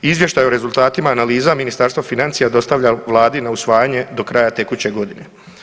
Izvještaj o rezultatima analiza Ministarstvo financija dostavlja Vladi na usvajanje do kraja tekuće godine.